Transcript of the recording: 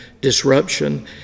disruption